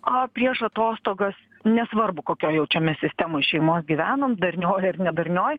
a prieš atostogas nesvarbu kokioj jau čia sistemoj šeimos gyvenam darnioj ir nedarnioj